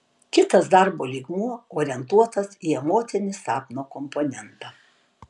kitas darbo lygmuo orientuotas į emocinį sapno komponentą